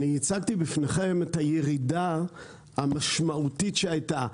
הצגתי בפניכם את הירידה המשמעותית שהייתה.